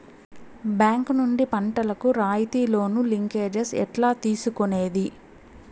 Bank నుండి పంటలు కు రాయితీ లోను, లింకేజస్ ఎట్లా తీసుకొనేది?